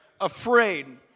afraid